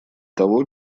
того